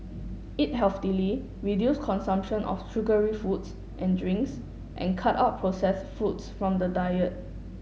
eat healthily reduce consumption of sugary foods and drinks and cut out processed foods from the diet